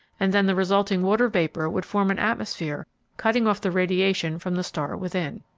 and then the resulting water vapor would form an atmosphere cutting off the radiation from the star within.